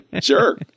sure